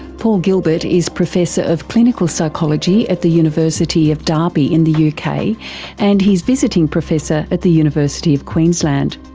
paul gilbert is professor of clinical psychology at the university of derby in the yeah uk and he's visiting professor at the university of queensland.